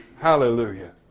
Hallelujah